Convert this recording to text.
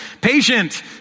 patient